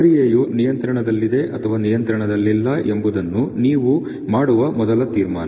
ಪ್ರಕ್ರಿಯೆಯು ನಿಯಂತ್ರಣದಲ್ಲಿದೆ ಅಥವಾ ನಿಯಂತ್ರಣದಲ್ಲಿಲ್ಲ ಎಂಬುದು ನೀವು ಮಾಡವ ಮೊದಲ ತೀರ್ಮಾನ